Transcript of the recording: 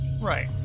Right